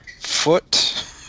Foot